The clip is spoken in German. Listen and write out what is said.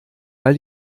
weil